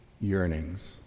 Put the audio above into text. yearnings